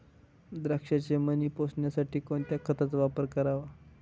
द्राक्षाचे मणी पोसण्यासाठी कोणत्या खताचा वापर करावा?